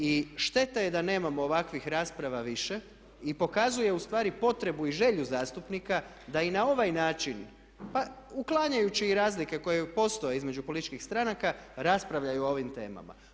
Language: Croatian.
I šteta je da nemamo ovakvih rasprava više i pokazuje ustvari potrebu i želju zastupnika da i na ovaj način pa uklanjajući i razlike koje postoje između političkih stranaka raspravljaju o ovim temama.